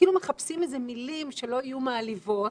כאילו מחפשים מילים שלא יהיו מעליבות,